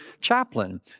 chaplain